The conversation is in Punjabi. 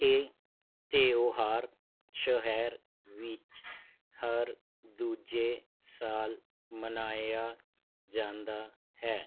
ਇਹ ਤਿਉਹਾਰ ਸ਼ਹਿਰ ਵਿੱਚ ਹਰ ਦੂਜੇ ਸਾਲ ਮਨਾਇਆ ਜਾਂਦਾ ਹੈ